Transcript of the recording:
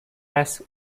past